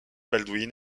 baldwin